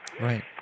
Right